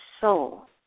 soul